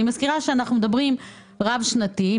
אני מזכירה שאנחנו מדברים רב שנתי,